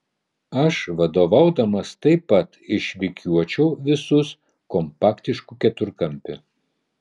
aš vadovaudamas taip pat išrikiuočiau visus kompaktišku keturkampiu